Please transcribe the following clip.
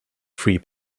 free